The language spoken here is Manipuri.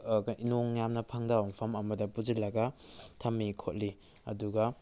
ꯅꯣꯡ ꯌꯥꯝꯅ ꯐꯪꯗꯕ ꯃꯐꯝ ꯑꯃꯗ ꯄꯨꯁꯤꯜꯂꯒ ꯊꯝꯃꯤ ꯈꯣꯠꯂꯤ ꯑꯗꯨꯒ